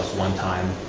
one time.